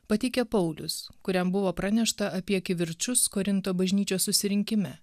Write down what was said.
pateikė paulius kuriam buvo pranešta apie kivirčus korinto bažnyčios susirinkime